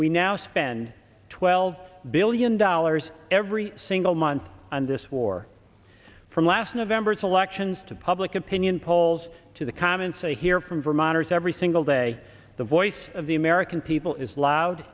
we now spend twelve billion dollars every single month on this war from last november's elections to public opinion polls to the comments i hear from vermonters every single day the voice of the american people is loud